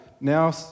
now